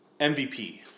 MVP